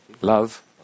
love